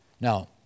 Now